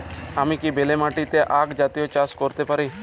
আমি কি বেলে মাটিতে আক জাতীয় চাষ করতে পারি?